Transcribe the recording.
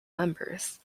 members